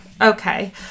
Okay